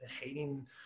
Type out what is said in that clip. hating